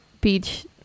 beach